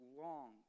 long